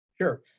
Sure